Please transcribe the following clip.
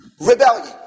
rebellion